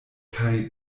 kaj